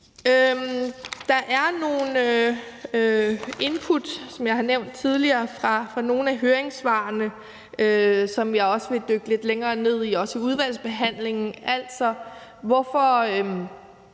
Der er nogle input, som jeg har nævnt tidligere, fra nogle af høringssvarene, som jeg også vil dykke lidt længere ned i, også i udvalgsbehandlingen.